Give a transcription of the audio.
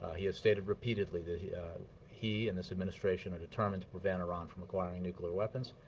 ah he has stated repeatedly that he he and this administration are determined to prevent iran from acquiring nuclear weapons.